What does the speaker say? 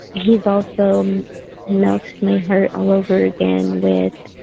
he also melts my heart all over again with